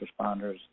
responders